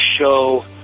Show